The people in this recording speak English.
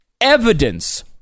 Evidence